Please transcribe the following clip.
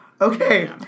Okay